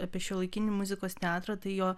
apie šiuolaikinį muzikos teatrą tai jo